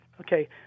Okay